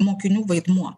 mokinių vaidmuo